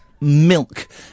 milk